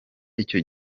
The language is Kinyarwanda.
icyo